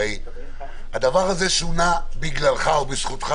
הרי הדבר הזה שונה בגללך או בזכותך,